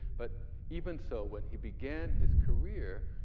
but, even so, when he began his career,